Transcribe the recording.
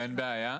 אין בעיה,